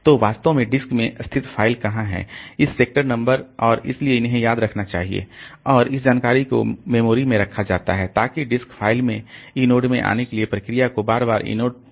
तो वास्तव में डिस्क में स्थित फ़ाइल कहाँ है इस सेक्टर नंबर और इसलिए उन्हें याद रखा जाना चाहिए और इस जानकारी को मेमोरी में रखा जाता है ताकि डिस्क फ़ाइल में इनोड में आने के लिए प्रक्रिया को बार बार इनोड को एक्सेस न करना पड़े